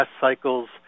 cycles